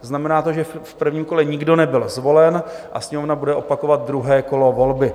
Znamená to, že v prvním kole nikdo nebyl zvolen, a Sněmovna bude opakovat druhé kolo volby.